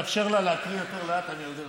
אם אתה תאפשר לה להקריא יותר לאט אני אודה לך.